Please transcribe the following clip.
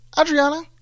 Adriana